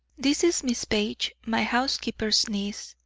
this is miss page, my housekeeper's niece.